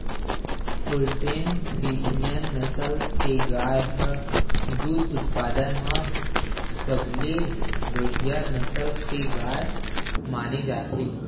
Holstein Friesian नसल के गाय ह दूद उत्पादन म सबले बड़िहा नसल के गाय माने जाथे